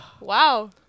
Wow